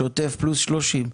שוטף פלוס 30,